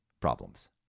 problems